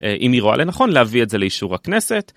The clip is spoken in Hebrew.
אם היא רואה לנכון להביא את זה לאישור הכנסת.